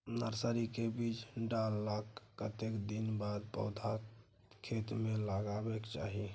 Nursery मे बीज डाललाक कतेक दिन के बाद पौधा खेत मे लगाबैक चाही?